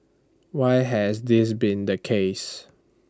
why has this been the case